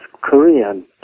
Korean